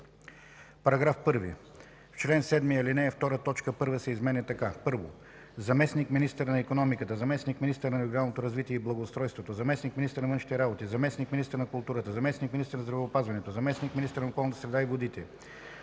...)§ 1. В чл. 7, ал. 2 т. 1 се изменя така: „1. Заместник-министър на икономиката, заместник-министър на регионалното развитие и благоустройството, заместник-министър на външните работи, заместник-министър на културата, заместник-министър на здравеопазването, заместник-министър на околната среда и водите,